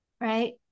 right